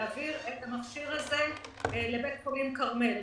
להעביר את המכשיר הזה לבית חולים כרמל.